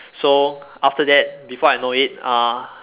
so after that before I know it uh